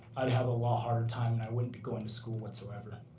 i'd have a lot harder time, and i wouldn't be going to school whatsoever.